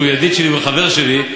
שהוא ידיד שלי וחבר שלי,